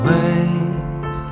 Wait